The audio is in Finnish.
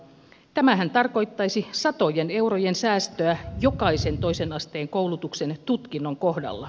tämähän tarkoittaisi satojen eurojen säästöä jokaisen toisen asteen koulutuksen tutkinnon kohdalla